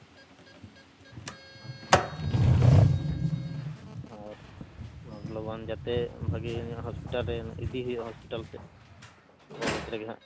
ᱦᱮᱸ ᱦᱮᱸ ᱟᱨ ᱞᱚᱜᱚᱱ ᱡᱟᱛᱮ ᱵᱷᱟᱜᱮ ᱧᱚᱜ ᱦᱚᱥᱯᱤᱴᱟᱞ ᱨᱮ ᱤᱫᱤ ᱦᱩᱭᱩᱜᱼᱟ ᱦᱚᱥᱯᱤᱴᱟᱞ ᱥᱮᱫ ᱠᱚᱞᱮᱡᱽ ᱨᱮᱜᱮ ᱦᱟᱸᱜ